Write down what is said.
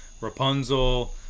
Rapunzel